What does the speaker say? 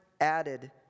added